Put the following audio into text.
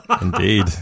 Indeed